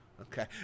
okay